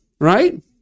right